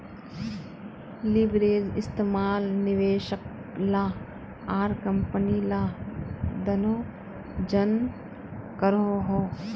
leverage इस्तेमाल निवेशक ला आर कम्पनी ला दनोह जन करोहो